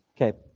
Okay